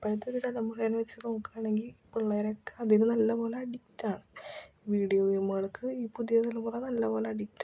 ഇപ്പോഴത്തെ ഒരു തലമുറയെന്ന് വച്ച് നോക്കുക ആണെങ്കിൽ പിള്ളേരൊക്കെ അതിന് നല്ല പോലെ അഡിക്ട്റ്റ് ആണ് വീഡിയോ ഗേയ്മുകള്ക്ക് ഈ പുതിയ തലമുറ നല്ല പോലെ അഡിക്റ്റാണ്